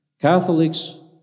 Catholics